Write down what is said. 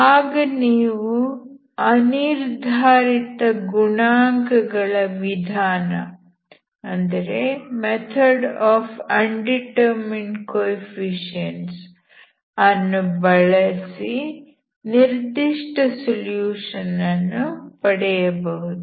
ಆಗ ನೀವು ಅನಿರ್ಧಾರಿತ ಗುಣಾಂಕ ಗಳ ವಿಧಾನವನ್ನು ಬಳಸಿ ನಿರ್ದಿಷ್ಟ ಸೊಲ್ಯೂಷನ್ ಅನ್ನು ಪಡೆಯಬಹುದು